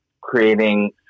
creating